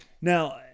Now